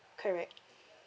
correct